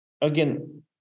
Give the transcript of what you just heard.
again